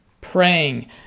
praying